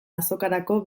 azokarako